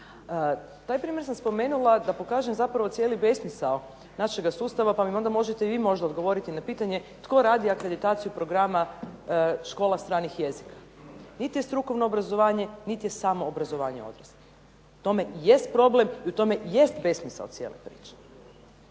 Taj primjer sam spomenula da pokažem ustvari cijeli besmisao našega sustava pa mi onda možete vi možda odgovoriti na pitanje tko radi akreditaciju programa Škola stranih jezika, niti je strukovno obrazovanje niti samo obrazovanje odraslih i u tome jest problem i u tome jest besmisao cijele priče.